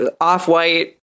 off-white